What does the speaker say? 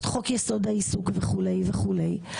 את חוק יסוד העיסוק וכולי וכולי.